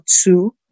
two